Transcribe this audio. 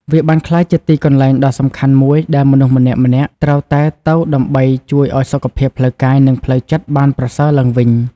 វាបានក្លាយជាទីកន្លែងដ៏សំខាន់មួយដែលមនុស្សម្នាក់ៗត្រូវតែទៅដើម្បីជួយឱ្យសុខភាពផ្លូវកាយ និងផ្លូវចិត្តបានប្រសើរឡើងវិញ។